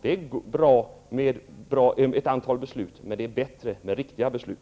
Det är bra med ett antal beslut, men det är bättre med riktiga beslut.